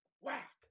Whack